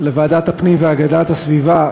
לוועדת הפנים והגנת הסביבה,